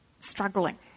struggling